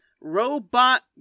robot